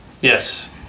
Yes